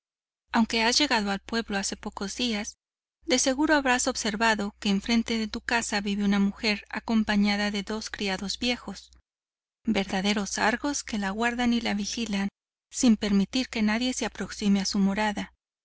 aunque has llegado al pueblo hace pocos días de seguro habrás observado que enfrente de tu casa vive una mujer acompañada de dos criados viejos verdaderos argos que la guardan y la vigilan sin permitir que nadie se aproxime a su morada